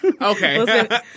okay